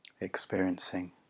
experiencing